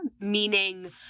meaning